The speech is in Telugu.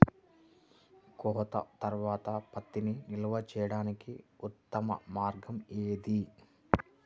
కోత తర్వాత పత్తిని నిల్వ చేయడానికి ఉత్తమ మార్గం ఏది?